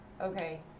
Okay